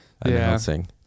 announcing